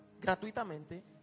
gratuitamente